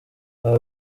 aba